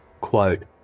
quote